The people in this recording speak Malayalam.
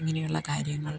ഇങ്ങനെയുള്ള കാര്യങ്ങൾ